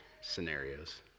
scenarios